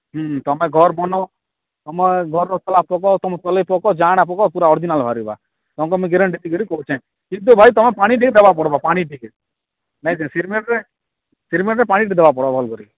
ହୁଁ ତମେ ଘର ବନେଇବ ତୁମେ ଘର ର ପ୍ଳାଷ୍ଟର କର ତମେ ତଲେ ପକ ଜାଣା ପକ ପୁରା ଅର୍ଜିନାଲ୍ ବାହାରିବା ତୁମକୁ ମୁଇଁ ଗ୍ୟାରେଣ୍ଟି ଦେଇକରି କହୁଛେ କିନ୍ତୁ ଭାଇ ତମେ ପାଣି ଠିକରେ ଦେବା ପଡ଼ିବ ପାଣି ଠିକ୍ରେ ନାଇଁ ସେ ସିମେଣ୍ଟରେ ସିମେଣ୍ଟରେ ପାଣି ଟିକେ ଦେବା ପଡ଼ିବ ଭଲକରି